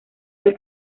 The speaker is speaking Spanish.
del